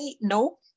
no